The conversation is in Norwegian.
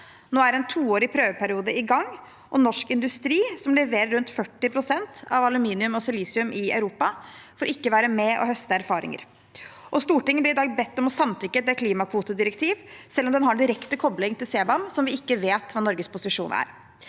Nå er en toårig prøveperiode i gang, og norsk industri, som leverer rundt 40 pst. av aluminium og silisium i Europa, får ikke være med og høste erfaringer. Og Stortinget blir i dag bedt om å samtykke til et klimakvotedirektiv, selv om det har direkte kobling til CBAM, der vi ikke vet hva Norges posisjon er.